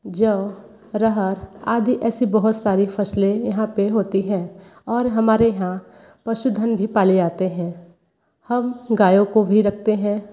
जौ अरहर आदि ऐसी बहुत सारी फसलें यहाँ पर होती हैं और हमारे यहाँ पशुधन भी पाले जाते हैं हम गायों को भी रखते हैं